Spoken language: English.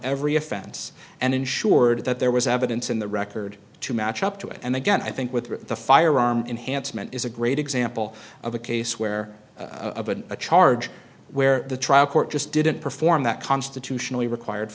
every offense and ensured that there was evidence in the record to match up to it and again i think with the firearm enhanced mint is a great example of a case where of a charge where the trial court just didn't perform that constitutionally required